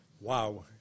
Wow